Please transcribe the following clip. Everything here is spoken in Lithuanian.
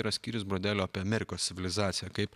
yra skyrius bordelio apie amerikos civilizaciją kaip